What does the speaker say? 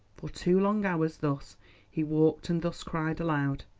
for two long hours thus he walked and thus cried aloud,